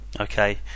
okay